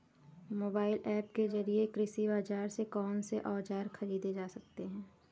Mobile app के जरिए कृषि बाजार से कौन से औजार ख़रीदे जा सकते हैं?